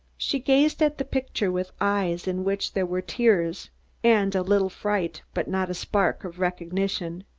she gazed at the picture with eyes in which there were tears and a little fright, but not a spark of recognition.